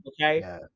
okay